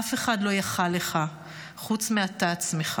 אף אחד לא יכול לך חוץ מאתה עצמך.